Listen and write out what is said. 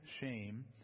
shame